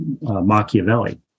machiavelli